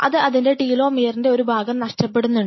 അത് അതിൻറെ ടീലോമിയറിൻറെ ഒരു ഭാഗം നഷ്ടപ്പെടുന്നുണ്ട്